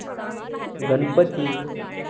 Ganpati